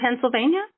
Pennsylvania